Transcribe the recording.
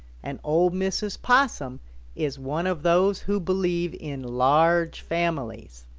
and ol' mrs. possum is one of those who believe in large families.